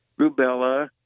rubella